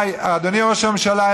אדוני ראש הממשלה,